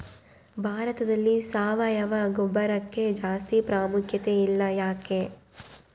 ಭಾರತದಲ್ಲಿ ಸಾವಯವ ಗೊಬ್ಬರಕ್ಕೆ ಜಾಸ್ತಿ ಪ್ರಾಮುಖ್ಯತೆ ಇಲ್ಲ ಯಾಕೆ?